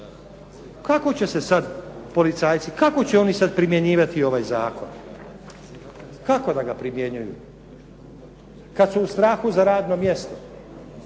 Kako će se sad policajci, kako će oni sad primjenjivati ovaj zakon. Kako da ga primjenjuju kad su u strahu za radno mjesto?